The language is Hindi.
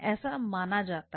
ऐसा माना जाता है